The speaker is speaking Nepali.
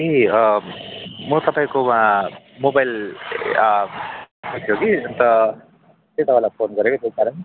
ए अँ म तपाईँकोमा मोबाइल थियो कि अन्त त्यही तपाईँलाई फोन गरेको त्यही कारण